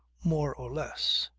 more or less.